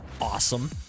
awesome